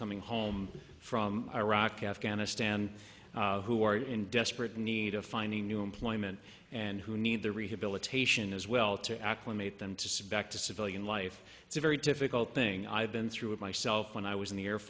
coming home from iraq afghanistan who are in desperate need of finding new employment and who need the rehabilitation as well to acclimate them to sit back to civilian life it's a very difficult thing i've been through it myself when i was in the air